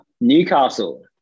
Newcastle